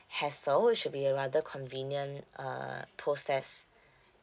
hassle should be a rather convenient uh process